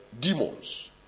demons